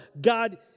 God